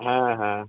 হ্যাঁ হ্যাঁ